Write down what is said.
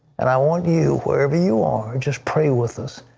and i want you, wherever you are, just pray with us.